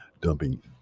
dumping